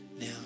now